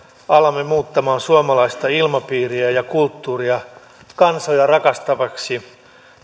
alamme muuttamaan suomalaista ilmapiiriä ja kulttuuria kansoja rakastavaksi